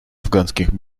афганских